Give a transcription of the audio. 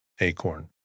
acorn